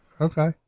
Okay